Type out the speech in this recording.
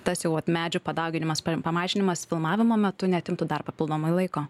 tas jau vat medžių padauginimas pamažinimas filmavimo metu neatimtų dar papildomai laiko